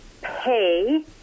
pay